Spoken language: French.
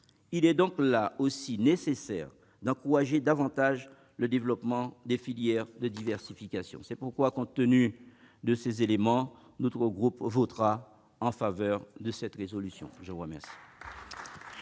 Il est donc, là aussi, nécessaire d'encourager davantage le développement des filières de diversification. Compte tenu de ces éléments, notre groupe votera en faveur de l'adoption de cette